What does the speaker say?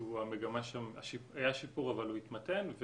שהיה שיפור אבל הוא התמתן,